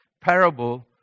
parable